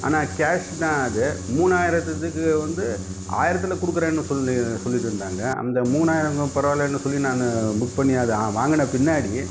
ஆனா கேஷ் தான் அது மூணாயிரத்து வந்து ஆயிரத்தில் கொடுக்குறேன்னு சொல்லி சொல்லிவிட்டு இருந்தாங்க அந்த மூணாயிரம் பரவாயில்லைன்னு சொல்லி நான் புக் பண்ணி அதை வாங்கின பின்னாடி